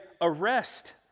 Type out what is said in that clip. arrest